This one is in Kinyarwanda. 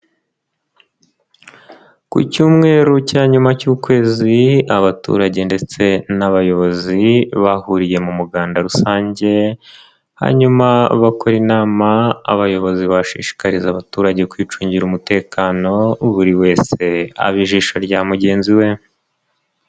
Ku cyumweru cya nyuma cy'ukwezi abaturage ndetse n'abayobozi bahuriye mu muganda rusange, hanyuma bakora inama abayobozi bashishikariza abaturage kwicungira umutekano, buri wese aba ijisho rya mugenzi we.